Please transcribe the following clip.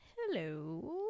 hello